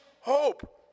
hope